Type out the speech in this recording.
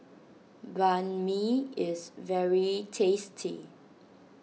Banh Mi is very tasty